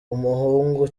umuhungu